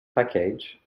package